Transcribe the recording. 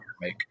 make